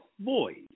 void